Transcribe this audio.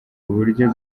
uburyo